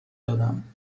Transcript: دادم